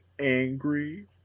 angry